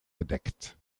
gedeckt